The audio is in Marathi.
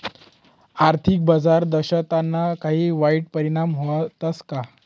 आर्थिक बाजार दक्षताना काही वाईट परिणाम व्हतस का